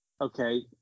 okay